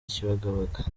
kibagabaga